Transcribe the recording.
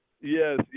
yes